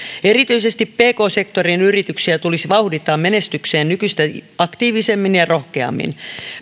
erityisesti pk sektorin yrityksiä tulisi vauhdittaa menestykseen nykyistä aktiivisemmin ja rohkeammin